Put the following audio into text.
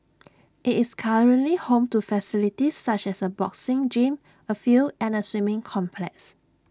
IT is currently home to facilities such as A boxing gym A field and A swimming complex